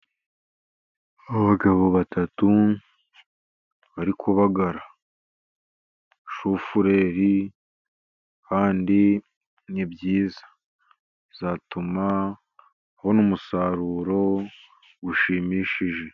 Abagabo batatu bari kubagara shufureri, kandi ni byiza, zatuma ubona umusaruro ushimishije.